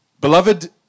Beloved